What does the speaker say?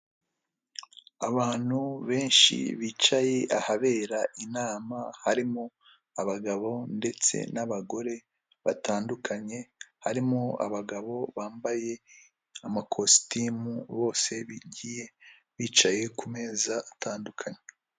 Abantu benshi bicaye ahabera inama, harimo abagabo ndetse n'abagore batandukanye, harimo abagabo bambaye ama kositimu bose bigiye bicaye ku meza atandukanye.